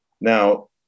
Now